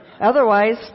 otherwise